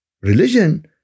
religion